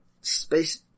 Space